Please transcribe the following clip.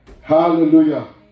Hallelujah